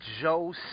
Joe